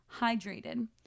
hydrated